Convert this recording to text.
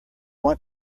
want